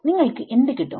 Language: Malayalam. നിങ്ങൾക്ക് എന്ത് കിട്ടും